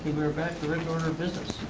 we're back to running order of business.